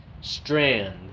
strand